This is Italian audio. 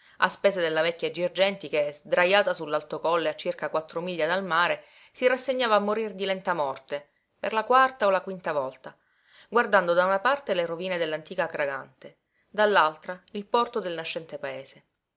a spese della vecchia girgenti che sdrajata su l'alto colle a circa quattro miglia dal mare si rassegnava a morir di lenta morte per la quarta o la quinta volta guardando da una parte le rovine dell'antica acragante dall'altra il porto del nascente paese